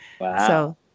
Wow